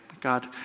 God